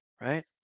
right